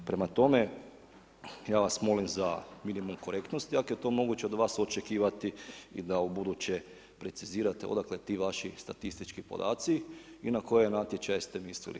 Prema tome, ja vas molim za minimum korektnosti, ako je to moguće od vas očekivati i da ubuduće precizirate odakle ti vaši statistički podaci i na koje natječaje ste mislili?